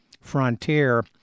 frontier